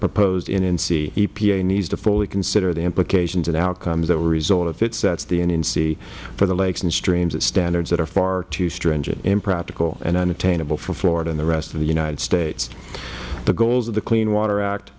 proposed nnc epa needs to fully consider the implications and outcomes that will result if it sets the nnc for the lakes and streams at standards that are far too stringent impractical and unattainable for florida and the rest of the united states the goals of the clean water act